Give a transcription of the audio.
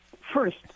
First